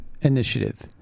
initiative